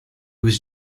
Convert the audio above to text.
was